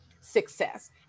success